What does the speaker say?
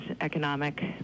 economic